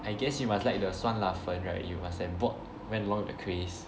I guess you must like the 酸辣粉 right you must have bought went along with the craze